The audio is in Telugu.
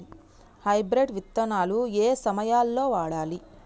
హైబ్రిడ్ విత్తనాలు ఏయే సమయాల్లో వాడాలి?